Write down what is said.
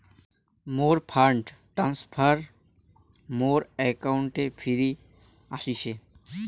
মোর fund transfer মোর অ্যাকাউন্টে ফিরি আশিসে